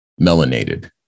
melanated